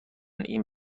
این